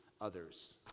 others